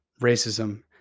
racism